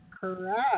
Correct